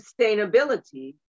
sustainability